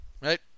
right